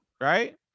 Right